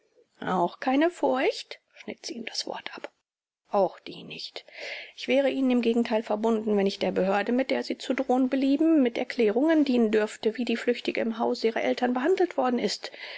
auch keine furcht schnitt sie ihm das wort ab auch die nicht ich wäre ihnen im gegenteil verbunden wenn ich der behörde mit der sie zu drohen belieben mit erklärungen dienen dürfte wie die flüchtige im hause ihrer eltern behandelt worden ist